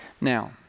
Now